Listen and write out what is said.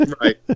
Right